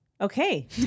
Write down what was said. Okay